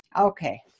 okay